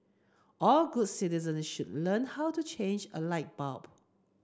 all good citizen should learn how to change a light bulb